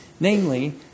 Namely